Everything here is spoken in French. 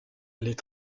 les